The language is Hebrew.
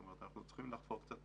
אנחנו צריכים לחפור קצת